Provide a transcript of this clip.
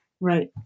Right